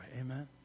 Amen